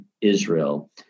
Israel